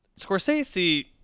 scorsese